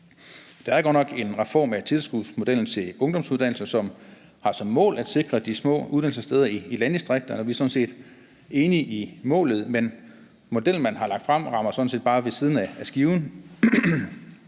Der er godt nok en reform af tilskudsmodellen til ungdomsuddannelser, som har som mål at sikre de små uddannelsessteder i landdistrikterne, og vi er sådan set enige i målet, men modellen, man har lagt frem, rammer bare ved siden af skiven.